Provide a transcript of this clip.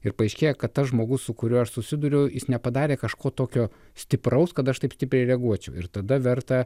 ir paaiškėja kad tas žmogus su kuriuo aš susiduriu jis nepadarė kažko tokio stipraus kad aš taip stipriai reaguoti ir tada verta